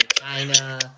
China